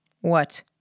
What